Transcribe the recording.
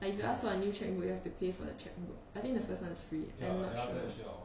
like if you ask for a new cheque book you have to pay for the cheque book I think the first is free I'm not sure